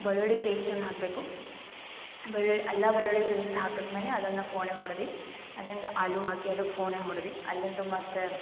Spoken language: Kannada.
ಬೆಳ್ಳುಳ್ಳಿ ಪೇಸ್ಟನ್ನು ಹಾಕಬೇಕು ಬೆಳ್ಳುಳ್ಳಿ ಅಲ್ಲ ಬೆಳ್ಳುಳ್ಳಿ ಪೇಸ್ಟ್ ಹಾಕಿದ್ಮೇಲ್ ಅದನ್ನು ಫೊಣೆ ಹೊಡೆದು ಅಲ್ಲಿಂದ ಆಲೂ ಹಾಕಿ ಅದಕ್ಕೆ ಫೊಣೆ ಹೊಡೆದು ಅಲ್ಲಿಂದ ಮತ್ತು